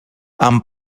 amb